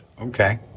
okay